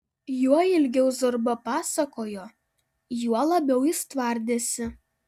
juo ilgiau zorba pasakojo juo labiau jis tvardėsi